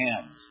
hands